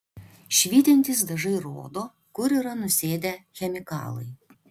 švytintys dažai rodo kur yra nusėdę chemikalai